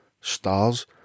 stars